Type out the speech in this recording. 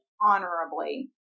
honorably